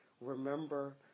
Remember